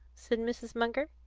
said mrs. munger.